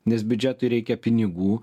nes biudžetui reikia pinigų